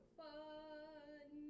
fun